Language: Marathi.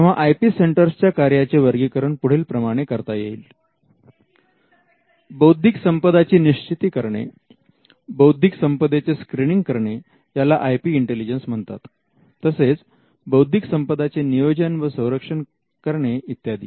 तेव्हा आय पी सेंटरच्या कार्यांचे वर्गीकरण पुढील प्रमाणे करता येईल बौद्धिक संपदा ची निश्चिती करणे बौद्धिक संपदेचे स्क्रिनिंग करणे याला आय पी इंटेलिजन्स म्हणतात तसेच बौद्धिक संपदा चे नियोजन व संरक्षण करणे इत्यादी